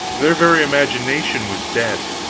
their very imagination was dead.